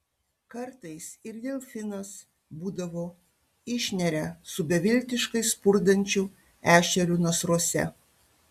kartais ir delfinas būdavo išneria su beviltiškai spurdančiu ešeriu nasruose